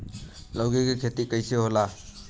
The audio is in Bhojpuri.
लौकी के खेती कइसे होला?